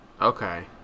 Okay